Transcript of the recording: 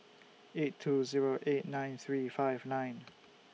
eight two Zero eight nine three five nine